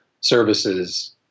services